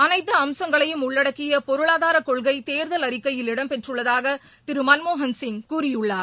அனைத்து அம்சங்களையும் உள்ளடக்கிய பொருளாதார கொள்கை தேர்தல் அறிக்கையில் இடம்பெற்றுள்ளதாக திரு மன்மோகன்சிங் கூறியுள்ளார்